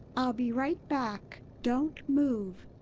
i'll be right back! don't move.